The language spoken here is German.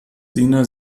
sina